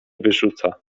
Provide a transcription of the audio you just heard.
wyrzuca